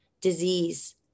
disease